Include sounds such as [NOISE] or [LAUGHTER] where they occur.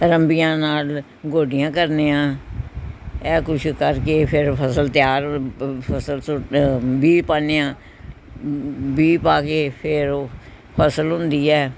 ਆਰੰਭੀਆਂ ਨਾਲ ਗੋਡੀਆਂ ਕਰਦੇ ਹਾਂ ਇਹ ਕੁਛ ਕਰਕੇ ਫਿਰ ਫ਼ਸਲ ਤਿਆਰ [UNINTELLIGIBLE] ਫ਼ਸਲ ਸ ਅ ਬੀਜ ਪਾਉਂਦੇ ਹਾਂ ਵੀ ਪਾ ਕੇ ਫਿਰ ਫ਼ਸਲ ਹੁੰਦੀ ਹੈ